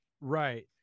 Right